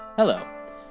Hello